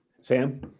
Sam